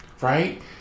Right